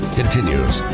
continues